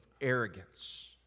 arrogance